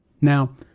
Now